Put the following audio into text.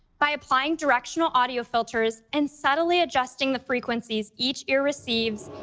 by applying directional audio filters and subtly adjusting the frequencies each ear receives,